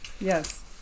Yes